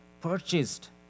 purchased